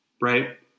right